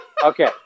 Okay